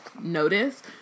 notice